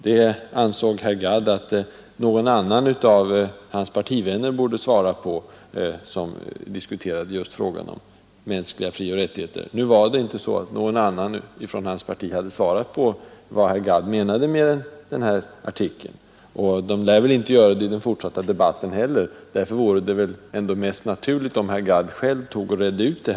Herr Gadd ansåg att den frågan borde besvaras av någon annan av hans partivänner, som diskuterade just mänskliga frioch rättigheter. Men ännu har inte någon annan från herr Gadds parti talat om vad han menade med den här artikeln, och ingen lär göra det i den fortsatta debatten heller. Därför vore det mest naturligt om herr Gadd själv redde ut saken.